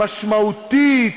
משמעותית.